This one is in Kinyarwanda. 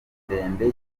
ndende